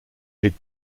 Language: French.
les